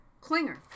Klinger